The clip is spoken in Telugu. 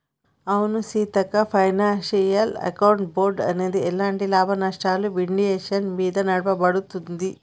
అవును సీతక్క ఫైనాన్షియల్ అకౌంట్ బోర్డ్ అనేది ఎలాంటి లాభనష్టాలు విండేషన్ మీద నడపబడుతుంది